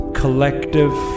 collective